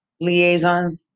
liaison